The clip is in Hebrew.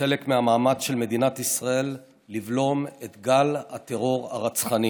כחלק מהמאמץ של מדינת ישראל לבלום את גל הטרור הרצחני.